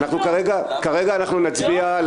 כרגע אנחנו נצביע.